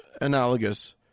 analogous